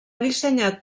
dissenyat